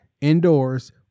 indoors